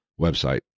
website